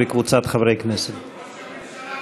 וישרים,